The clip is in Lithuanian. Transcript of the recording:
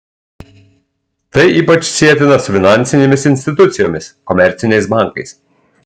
tai ypač sietina su finansinėmis institucijomis komerciniais bankais